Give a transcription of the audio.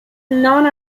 none